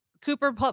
Cooper